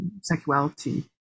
sexuality